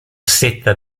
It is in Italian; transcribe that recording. setta